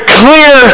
clear